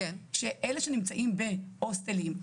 אלה שנמצאים בהוסטלים,